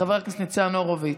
חבר הכנסת ניצן הורוביץ,